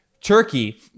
Turkey